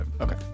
Okay